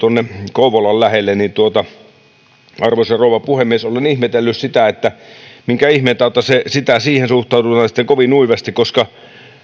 kouvolan lähelle arvoisa rouva puhemies olen ihmetellyt sitä että minkä ihmeen tautta siihen suhtaudutaan kovin nuivasti koska